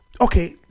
okay